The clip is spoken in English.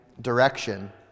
direction